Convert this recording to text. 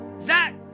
Zach